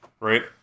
right